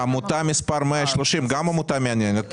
עמותה מס' 130 גם עמותה מעניינת.